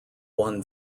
won